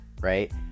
right